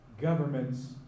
Governments